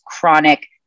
chronic